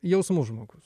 jausmų žmogus